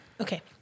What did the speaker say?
Okay